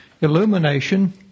Illumination